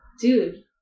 dude